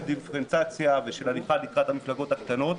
דיפרנציאציה ושל הליכה לקראת המפלגות הקטנות,